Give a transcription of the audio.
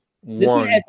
One